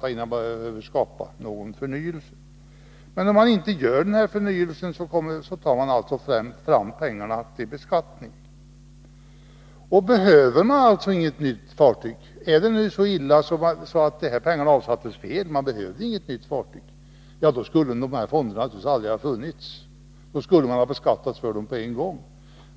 ta dem i anspråk för nyanskaffning av fartyg. Om pengarna inte används för denna förnyelse tas de fram till beskattning. Om man inte behöver något nytt fartyg och det alltså är så illa att pengarna avsattes felaktigt, då borde naturligtvis dessa fonder aldrig ha funnits, utan pengarna borde ha beskattats med en gång.